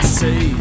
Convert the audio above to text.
say